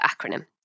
acronym